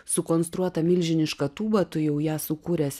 sukonstruota milžiniška tūba tu jau ją sukūręs